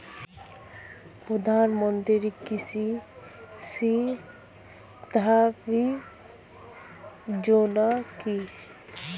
প্রধানমন্ত্রী কৃষি সিঞ্চয়ী যোজনা কি?